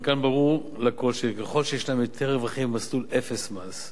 מכאן ברור לכול שככל שישנם יותר רווחים במסלול אפס מס,